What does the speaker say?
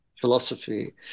philosophy